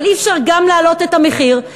אבל אי-אפשר גם להעלות את המחיר,